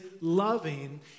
loving